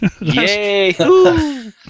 Yay